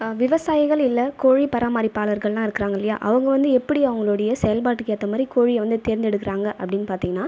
விவசாயிகள் இல்லை கோழி பராமரிப்பாளர்கள் எல்லாம் இருக்காங்க இல்லையா அவங்க வந்து எப்படி அவங்களுடைய செயல்பாட்டுக்கு ஏற்ற மாதிரி கோழியை வந்து தெரிந்தெடுக்கிறாங்க அப்படின்னு பார்த்திங்கன்னா